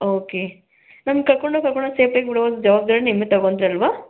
okay ನಮ್ಮ ಕರ್ಕೊಂಡು ಹೋಗಿ ಕರ್ಕೊಂಡು ಹೋಗಿ ಸೇಫ್ಟಿಯಾಗಿ ಬಿಡೋ ಜವಾಬ್ದಾರಿ ನೀವೇ ತಗೊತೀರಲ್ವಾ